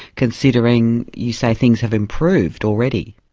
considering you say things have improved already?